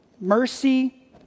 mercy